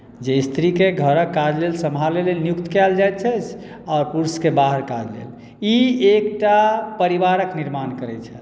जे स्त्रीकेँ घरक काज लेल सम्हारय लेल नियुक्त कयल जाइत अछि आओर पुरुषकेँ बाहर काज लेल ई एकटा परिवारक निर्माण करैत छथि